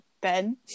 Ben